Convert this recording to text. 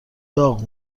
داغ